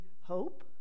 hope